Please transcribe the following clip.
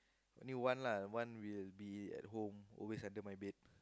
a new one lah the one will be at home always under my bed